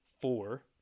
four